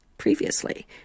previously